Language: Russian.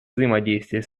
взаимодействия